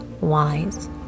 wise